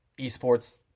esports